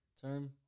term